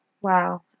Wow